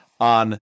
on